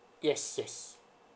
yes yes